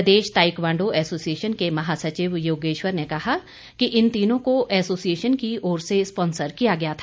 प्रदेश taekwondo association के महासचिव योगेश्वर ने कहा कि इन तीनों को एसोसिएशन की ओर से स्पोन्सर किया गया था